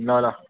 ल ल